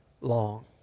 long